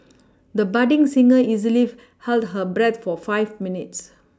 the budding singer easily held her breath for five minutes